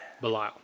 Belial